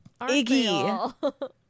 Iggy